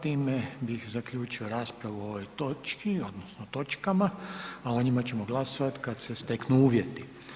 Time bih zaključio raspravu o ovoj točki, odnosno točkama, a o njima ćemo glasovati kad se steknu uvjeti.